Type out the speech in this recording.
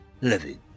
living